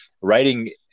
writing